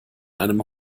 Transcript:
einem